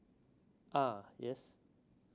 ah yes